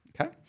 Okay